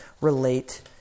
relate